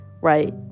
right